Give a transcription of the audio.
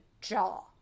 jaw